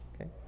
Okay